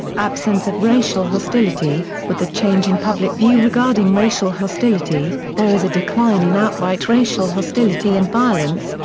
absence of racial hostility with the change in public view regarding racial hostility, there is a decline in outright racial hostility and violence,